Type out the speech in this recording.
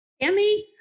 Emmy